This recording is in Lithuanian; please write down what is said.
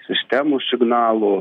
sistemų signalų